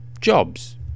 jobs